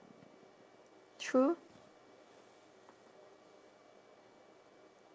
true